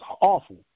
awful